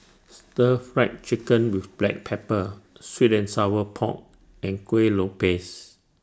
Stir Fry Chicken with Black Pepper Sweet and Sour Pork and Kuih Lopes